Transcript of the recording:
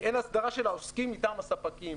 אין הסדרה של העוסקים מטעם הספקים.